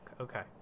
okay